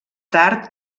tard